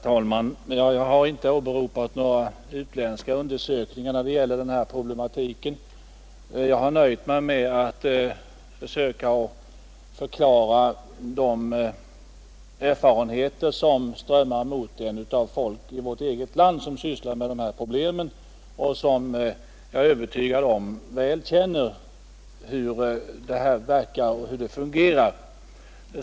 Herr talman! Jag har inte åberopat några utländska undersökningar när det gäller den här problematiken. Jag har nöjt mig med att försöka förklara de erfarenheter som strömmar mot en från folk i vårt eget land som sysslar med de här problemen och som — det är jag övertygad om — väl känner hur det här verkar och fungerar.